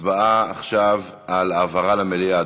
אדוני השר, הצבעה על העברה למליאה.